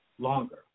longer